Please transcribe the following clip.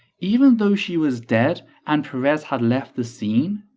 even though she was dead and perez had left the scene,